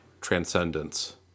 Transcendence